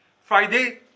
Friday